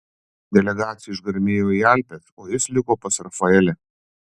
delegacija išgarmėjo į alpes o jis liko pas rafaelę